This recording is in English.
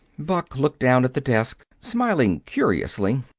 buck looked down at the desk, smiling curiously.